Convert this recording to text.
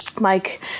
Mike